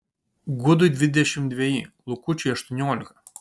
gudui dvidešimt dveji lukučiui aštuoniolika